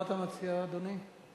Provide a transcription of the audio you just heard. מה אתה מציע, אדוני?